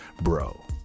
bro